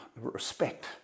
respect